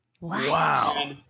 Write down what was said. Wow